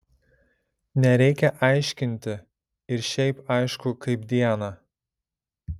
nereikia aiškinti ir šiaip aišku kaip dieną